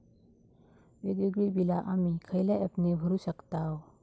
वेगवेगळी बिला आम्ही खयल्या ऍपने भरू शकताव?